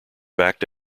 backed